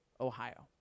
Ohio